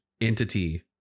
entity